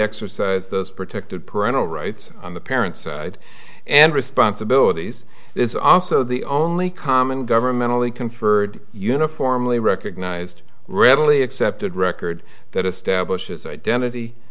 exercise those protected parental rights on the parents side and responsibilities it's also the only common governmentally conferred uniformly recognized readily accepted record that establishes identity